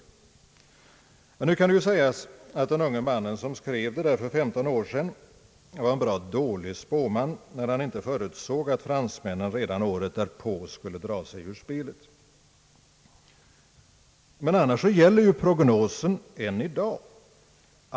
Nu kan det sägas att den unge mannen som skrev detta för 15 år sedan var en bra dålig spåman när han inte förutsåg att fransmännen redan året därpå skulle dra sig ur spelet. Annars gäller ju prognosen än i dag.